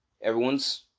everyone's